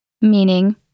meaning